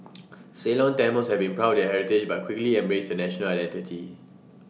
Ceylon Tamils had been proud heritage but quickly embraced A national identity